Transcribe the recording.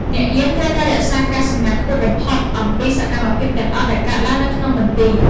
អ្នកយាមត្រូវតែរក្សាការសម្ងាត់ខ្ពស់បំផុតអំពីសកម្មភាពទាំងអស់ដែលកើតឡើងនៅក្នុងមន្ទីរ។